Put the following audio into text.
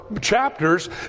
chapters